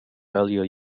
earlier